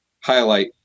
highlight